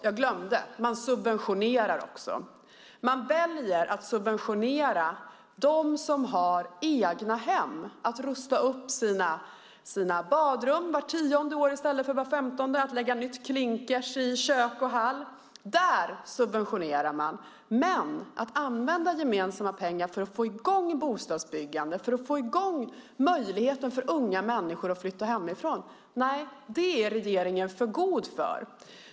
Jag glömde - man subventionerar också. Man väljer att subventionera dem som har egna hem så att de kan rusta upp sina badrum vart tionde år i stället för vart femtonde, och lägga nytt klinker i kök och hall. Det subventionerar man. Att använda gemensamma pengar för att få i gång bostadsbyggandet och ge unga människor möjlighet att flytta hemifrån är regeringen för god för.